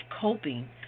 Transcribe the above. coping